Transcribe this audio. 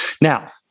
Now